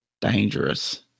dangerous